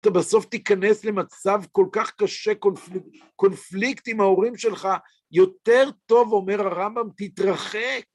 אתה בסוף תיכנס למצב כל כך קשה, קונפליקט עם ההורים שלך יותר טוב, אומר הרמב״ם, תתרחק.